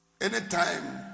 Anytime